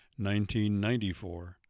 1994